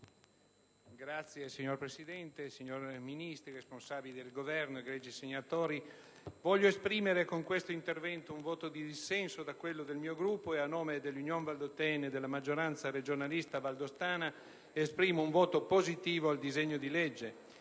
Signor Presidente, signori Ministri, responsabili del Governo, egregi senatori, voglio esprimere con questo intervento un voto di dissenso dal mio Gruppo e a nome **dell**'**Union** **Valdôtaine** e della maggioranza regionalista valdostana dichiarare un voto favorevole al disegno di legge.